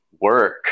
work